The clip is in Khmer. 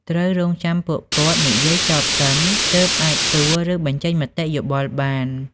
ត្រូវរង់ចាំឲ្យពួកគាត់និយាយចប់សិន ទើបអាចសួរ ឬបញ្ចេញមតិយោបល់បាន។